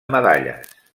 medalles